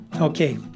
Okay